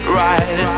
right